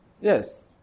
Yes